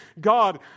God